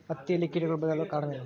ಹತ್ತಿಯಲ್ಲಿ ಕೇಟಗಳು ಬೇಳಲು ಕಾರಣವೇನು?